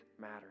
matter